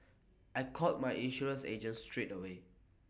I called my insurance agent straight away